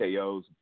KOs